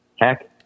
heck